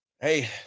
hey